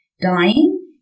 dying